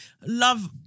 Love